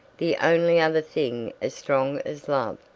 the only other thing as strong as love.